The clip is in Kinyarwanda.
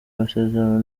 amasezerano